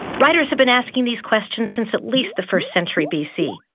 writers have been asking these questions since at least the first century bc,